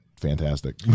fantastic